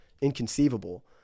inconceivable